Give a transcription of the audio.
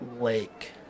lake